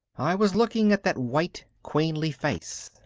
i was looking at that white queenly face,